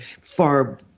far